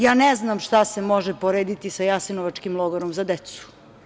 Ja ne znam šta se može porediti sa Jasenovačkim logorom za decu.